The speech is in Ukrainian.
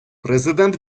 президент